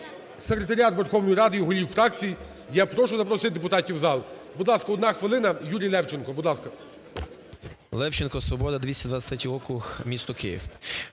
секретаріат Верховної Ради і голів фракцій я прошу запросити депутатів в зал. Будь ласка, одна хвилина, Юрій Левченко, будь ласка. 16:52:56 ЛЕВЧЕНКО Ю.В. Левченко, "Свобода", 223 округ місто Київ.